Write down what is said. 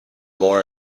more